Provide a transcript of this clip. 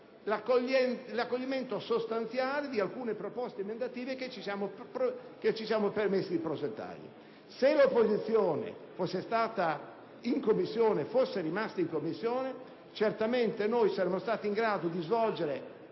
accoglimento sostanziale di alcune proposte emendative che ci siamo permessi di presentare. Se i senatori dell'opposizione fossero rimasti in Commissione, certamente saremmo stati in grado di svolgere